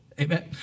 Amen